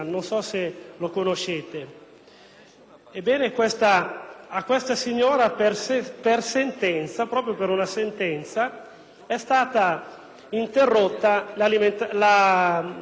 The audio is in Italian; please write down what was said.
conoscete. A questa signora, proprio per una sentenza, è stata interrotta la respirazione artificiale.